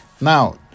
Now